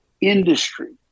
industry